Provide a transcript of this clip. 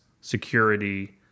security